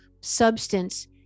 substance